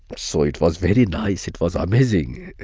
so it was very nice. it was amazing.